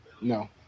No